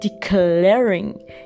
declaring